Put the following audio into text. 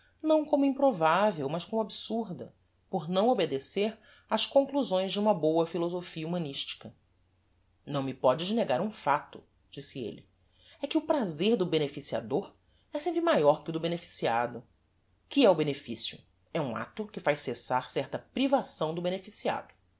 não como improvavel mas como absurda por não obedecer ás conclusões de uma boa philosophia humanistica não me pódes negar um facto disse elle é que o prazer do beneficiador é sempre maior que o do beneficiado que é o beneficio é um acto que faz cessar certa privação do beneficiado